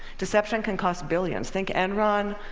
deception can cost billions. think enron,